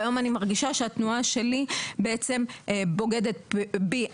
והיום אני מרגישה שהתנועה שלי בעצם בוגדת בי.